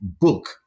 book